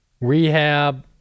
rehab